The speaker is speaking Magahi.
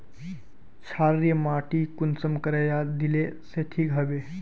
क्षारीय माटी कुंसम करे या दिले से ठीक हैबे?